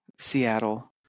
Seattle